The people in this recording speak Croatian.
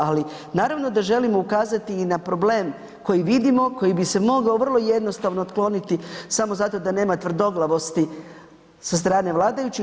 Ali naravno da želimo ukazati na problem koji vidimo, koji bi se mogao vrlo jednostavno otkloniti samo zato da nema tvrdoglavosti sa strane vladajućih.